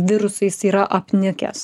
virusais yra apnikęs